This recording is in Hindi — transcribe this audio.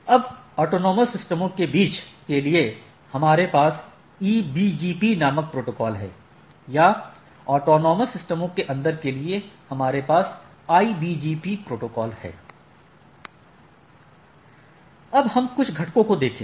अब ऑटॉनमस सिस्टमों के बीच के लिए हमारे पास EBGP नामक प्रोटोकॉल है या ऑटॉनमस सिस्टमों के अन्दर के लिए हमारे पास IBGP प्रोटोकॉल है अब हम कुछ घटकों को देखें